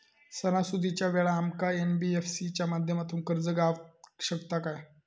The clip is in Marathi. सणासुदीच्या वेळा आमका एन.बी.एफ.सी च्या माध्यमातून कर्ज गावात शकता काय?